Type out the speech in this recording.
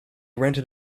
rented